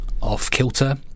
off-kilter